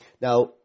Now